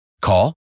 Call